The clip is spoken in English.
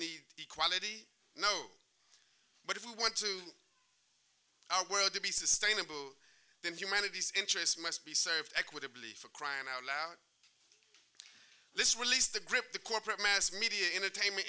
need equality no but if we want to our world to be sustainable then humanity's interests must be served equitably for crying out loud this release the grip the corporate mass media entertainment